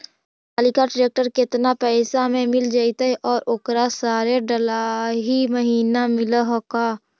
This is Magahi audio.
सोनालिका ट्रेक्टर केतना पैसा में मिल जइतै और ओकरा सारे डलाहि महिना मिलअ है का?